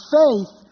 faith